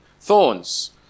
thorns